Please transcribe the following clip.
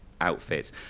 outfits